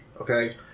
okay